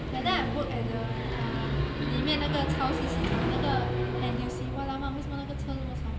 that time I work at the uh 里面那个超市市场那个 N_T_U_C !alamak! 为什么那个车这么吵